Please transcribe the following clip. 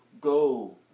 go